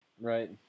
Right